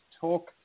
talk